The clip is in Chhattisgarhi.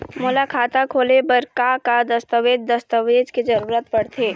मोला खाता खोले बर का का दस्तावेज दस्तावेज के जरूरत पढ़ते?